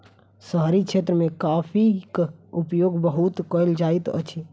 शहरी क्षेत्र मे कॉफ़ीक उपयोग बहुत कयल जाइत अछि